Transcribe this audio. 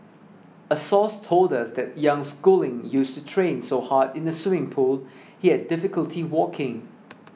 a source told us that young schooling used to train so hard in the swimming pool he had difficulty walking